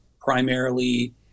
primarily